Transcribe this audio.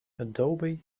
adobe